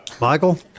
Michael